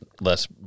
less